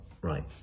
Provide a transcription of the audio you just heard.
right